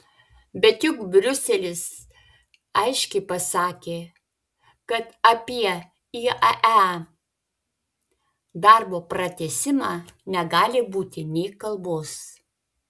bet juk briuselis aiškiai pasakė kad apie iae darbo pratęsimą negali būti nė kalbos